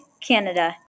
Canada